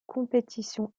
compétitions